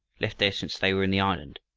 left there since they were in the island.